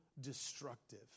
destructive